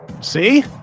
See